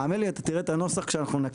האמן לי, אתה תראה את הנוסח כשאנחנו נקריא.